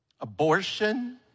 Abortion